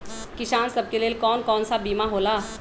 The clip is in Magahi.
किसान सब के लेल कौन कौन सा बीमा होला?